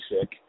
sick